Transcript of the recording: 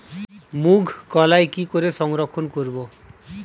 মুঘ কলাই কি করে সংরক্ষণ করব?